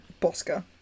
Bosca